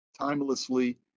timelessly